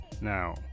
Now